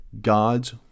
god's